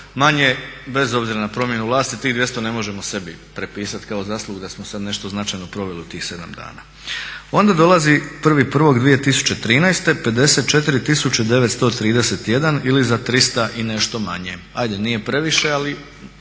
manje bez obzira na promjenu vlasti, tih 200 ne možemo sebi prepisati kao zasluga da smo nešto sada nešto značajno proveli u tih 7 dana. Onda dolazi 1.1.2013., 54.931 ili za 300 i nešto manje, ajde nije previše ali